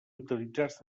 utilitzats